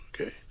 okay